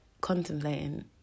contemplating